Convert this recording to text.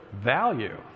Value